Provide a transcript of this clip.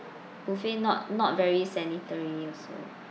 buffet not not very sanitary also